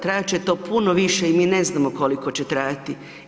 Trajat će to puno više i mi ne znamo koliko će trajati.